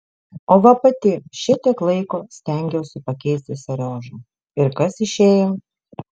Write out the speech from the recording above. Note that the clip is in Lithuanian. o va pati šitiek laiko stengiausi pakeisti seriožą ir kas išėjo